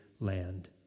land